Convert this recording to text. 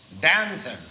dancers